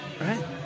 Right